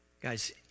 Guys